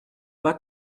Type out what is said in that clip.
pas